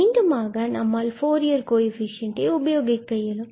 மீண்டும் ஆக நம்மால் ஃபூரியர் கோஎஃபிசியண்டை உபயோகிக்க இயலும்